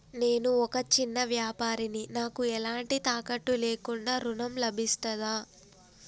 నేను ఒక చిన్న వ్యాపారిని నాకు ఎలాంటి తాకట్టు లేకుండా ఋణం లభిస్తదా?